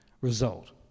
result